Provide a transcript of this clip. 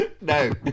No